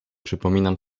przypominam